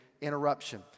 interruption